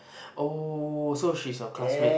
oh so she's your classmate